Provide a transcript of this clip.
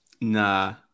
Nah